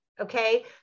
okay